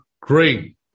great